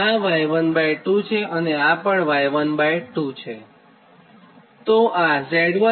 આ Y12 અને આ પણ Y12 છે